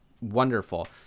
wonderful